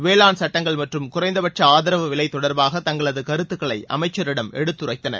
வேளாண் சட்டங்கள் மற்றும் குறைந்தபட்ச ஆதரவு விலை தொடர்பாக தங்களது கருத்துக்களை அமைச்சரிடம் எடுத்துரைத்தனர்